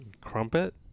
crumpet